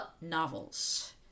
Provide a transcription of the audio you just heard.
novels